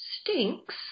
stinks